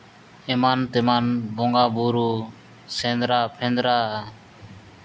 ᱮᱢᱟᱱ ᱛᱮᱢᱟᱱ ᱵᱚᱸᱜᱟᱼᱵᱩᱨᱩ ᱥᱮᱸᱫᱽᱨᱟᱼᱯᱷᱮᱸᱫᱽᱨᱟ